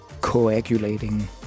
coagulating